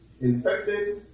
infected